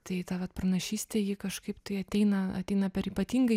tai ta vat pranašystė ji kažkaip tai ateina ateina per ypatingai